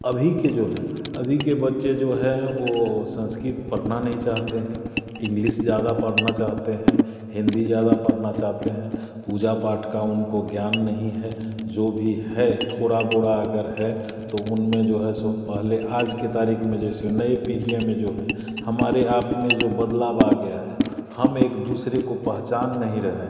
अभी के जो हैं अभी के बच्चे जो हैं वो संस्कृत पढ़ना नहीं चाहते हैं इंग्लिश ज़्यादा पढ़ना चाहते हैं हिंदी ज़्यादा पढ़ना चाहते हैं पूजा पाठ का उनको ज्ञान नहीं है जो भी है थोड़ा बोरा अगर है तो उनमें जो है सो पहले आज के तारीख में जैसे नये पीढ़ियाँ में जो है हमारे आप में जो बदलाव आ गया है हम एक दूसरे को पहचान नहीं रहे हैं